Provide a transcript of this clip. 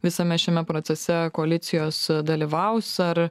visame šiame procese koalicijos dalyvaus ar